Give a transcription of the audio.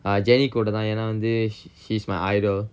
ah jennie கூட தான் ஏன்னா வந்து:kooda than eanna vanthu she's my idol